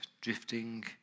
drifting